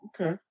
okay